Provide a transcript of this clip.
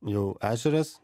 jau ežeras